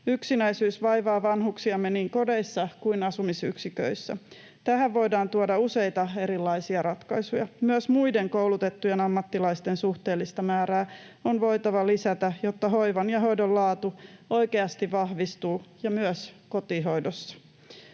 Yksinäisyys vaivaa vanhuksiamme niin kodeissa kuin asumisyksiköissä. Tähän voidaan tuoda useita erilaisia ratkaisuja. Myös muiden koulutettujen ammattilaisten suhteellista määrää on voitava lisätä, jotta hoivan ja hoidon laatu oikeasti vahvistuu, myös kotihoidossa.